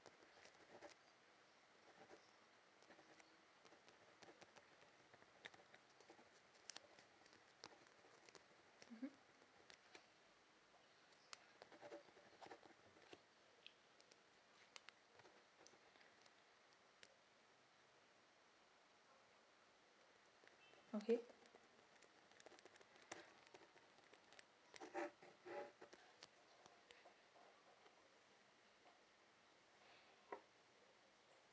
okay